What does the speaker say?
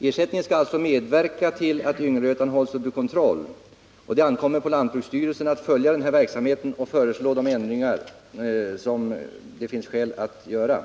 Ersättningen skall alltså medverka till att yngelrötan hålls under kontroll. Det ankommer på lantbruksstyrelsen att följa denna verksamhet och föreslå de ändringar som det finns skäl att göra.